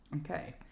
okay